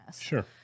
Sure